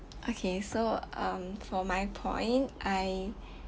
okay so um for my point I